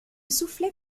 soufflet